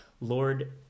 Lord